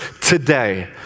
today